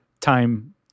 time